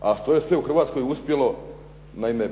A što je sve u Hrvatskoj uspjelo, naime